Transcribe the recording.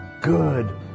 good